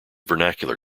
vernacular